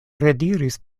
rediris